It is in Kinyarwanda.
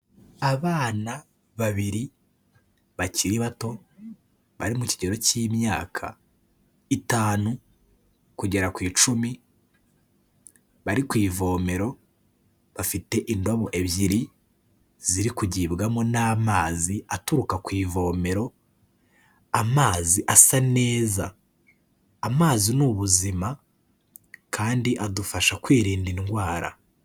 Abana babiri bakiri bato bari mu kigero cy'imyaka itanu kugera ku icumi, bari ku ivomero bafite indobo ebyiri ziri kugibwamo n'amazi aturuka ku ivomero, amazi asa neza. Amazi ni ubuzima kandi adufasha kwirinda indwara.